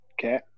Okay